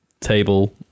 table